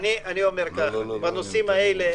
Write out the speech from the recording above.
בנושאים האלו,